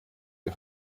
der